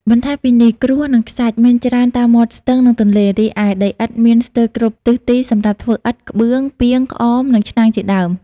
បន្ថែមពីនេះ ក្រួស និង ខ្សាច់ មានច្រើនតាមមាត់ស្ទឹង និងទន្លេ រីឯ ដីឥដ្ឋ មានស្ទើរគ្រប់ទិសទីសម្រាប់ធ្វើឥដ្ឋ ក្បឿង ពាង ក្អម និងឆ្នាំងជាដើម។